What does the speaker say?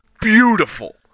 beautiful